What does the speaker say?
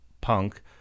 punk